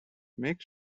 make